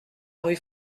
rue